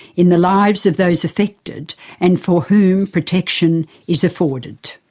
in the lives of those affected and for whom protection is afforded.